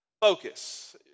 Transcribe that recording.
Focus